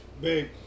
Babe